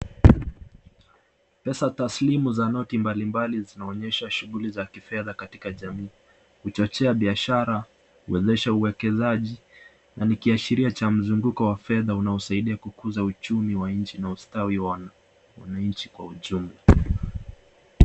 Pesa taslimu za noti mbalimbali zinaonyesha shuguli za kifedha katika jamii. Kuchochea biashara, kuwezesha uwekezekaji nani kiashirio cha mzunguko wa fedha unaosaidia kukuza uchumi wa nchi na ustawi wa wanchi kwa ujumula.